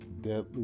deadly